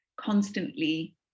constantly